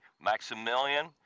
maximilian